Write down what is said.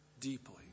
deeply